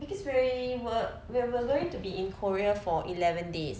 cause when we were when we're going to be in korea for eleven days